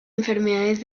enfermedades